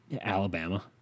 Alabama